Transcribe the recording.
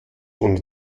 ohne